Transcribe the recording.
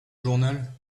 journal